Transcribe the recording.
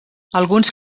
alguns